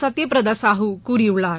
சத்யபிரதா சாஹூ கூறியுள்ளார்